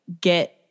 get